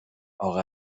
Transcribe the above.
اقا